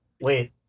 wait